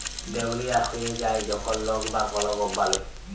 দেউলিয়া হঁয়ে যায় যখল লক বা কল কম্পালি